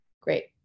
Great